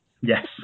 Yes